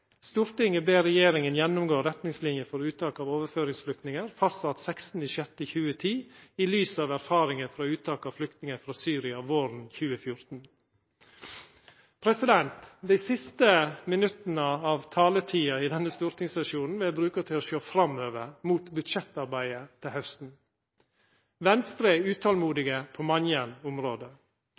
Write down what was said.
ber regjeringen gjennomgå retningslinjer for uttak av overføringsflyktninger, fastsatt 16.06.2010, i lys av erfaringer fra uttak av flyktninger fra Syria våren 2014.» Dei siste minutta av taletida i denne stortingssesjonen vil eg bruka til å sjå framover – mot budsjettarbeidet til hausten. Venstre er utolmodig på mange område.